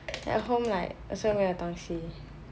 at home like also 没有东西